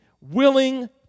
Willing